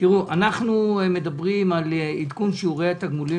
אנחנו מדברים על עדכון שיעורי התגמולים